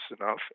enough